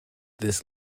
this